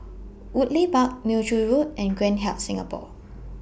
Woodleigh Park Neo Tiew Road and Grand Hyatt Singapore